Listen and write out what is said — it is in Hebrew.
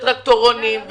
טרקטורונים,